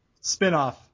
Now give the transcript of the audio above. Spinoff